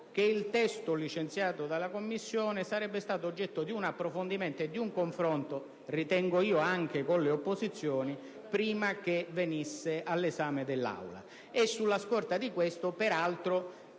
che il testo licenziato dalla Commissione sarebbe stato oggetto di un approfondimento e di un confronto anche con le opposizioni - ritengo io - prima di giungere all'esame dell'Aula. Sulla scorta di questo, peraltro,